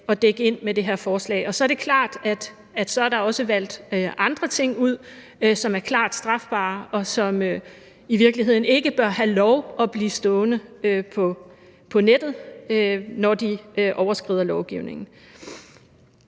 at dække ind med det her forslag. Så er det klart, at der også er valgt andre ting ud, som er klart strafbare, og som i virkeligheden ikke bør have lov at blive stående på nettet, når de overskrider lovgivningen.